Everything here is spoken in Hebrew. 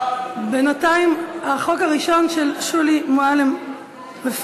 בינתיים, החוק הראשון, של שולי מועלם-רפאלי,